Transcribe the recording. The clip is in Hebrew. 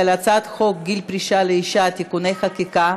על הצעת חוק גיל פרישה לאישה (תיקוני חקיקה),